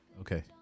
Okay